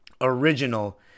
original